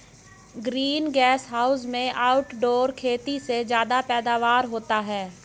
green gas house में outdoor खेती से ज्यादा पैदावार होता है